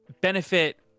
benefit